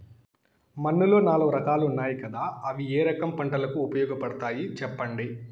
మన్నులో నాలుగు రకాలు ఉన్నాయి కదా అవి ఏ రకం పంటలకు ఉపయోగపడతాయి చెప్పండి?